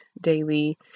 daily